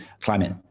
climate